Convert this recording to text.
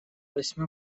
весьма